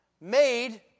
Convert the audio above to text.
made